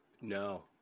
no